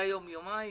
זה היה יום, יומיים.